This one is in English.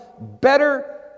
better